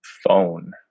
Phone